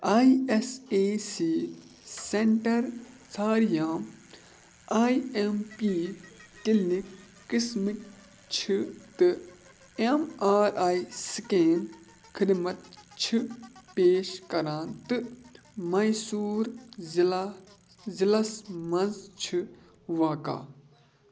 I S A C centre ژھاریام I M P clinic قٕسمٕکۍ چھِ تہٕ ایٚم آئی آئی سِکین خدمت چھِ پیش کَران تہٕ میسوٗر ضلع ضِلَعس مَنٛز چھِ واقع